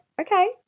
Okay